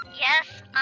Yes